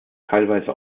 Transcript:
teilweise